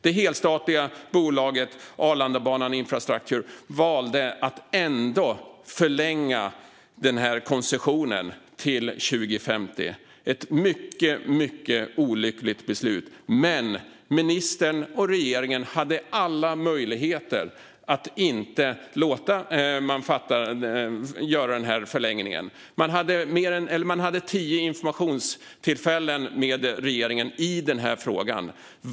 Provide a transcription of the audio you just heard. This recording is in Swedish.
Det helstatliga bolaget Arlandabanan Infrastructure valde att ändå förlänga den här koncessionen till 2050 - ett mycket olyckligt beslut. Ministern och regeringen hade dock alla möjligheter att inte göra den här förlängningen. Man hade tio informationstillfällen med regeringen i den här frågan.